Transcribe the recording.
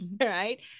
Right